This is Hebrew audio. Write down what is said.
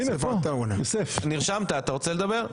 עטאונה, נרשמת, אתה רוצה לדבר?